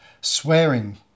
swearing